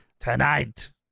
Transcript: Tonight